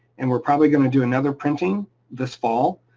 and we're probably gonna do another printing this fall.